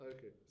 Okay